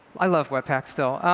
i love webpack still.